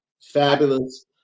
fabulous